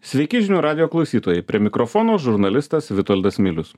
sveiki žinių radijo klausytojai prie mikrofono žurnalistas vitoldas milius